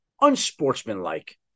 Unsportsmanlike